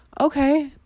okay